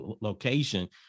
location